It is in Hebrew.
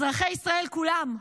אזרחי ישראל כולם,